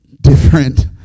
different